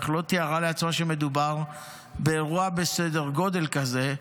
אך לא תיארה לעצמה שמדובר באירוע בסדר גודל כזה.